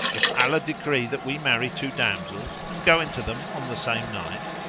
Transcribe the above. if allah decree that we marry two damsels and go in to them on the same night,